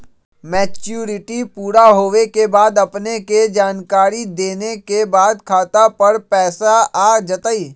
Maturity पुरा होवे के बाद अपने के जानकारी देने के बाद खाता पर पैसा आ जतई?